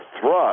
thrust